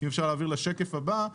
בשקף הבא,